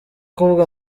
kuvuga